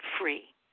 free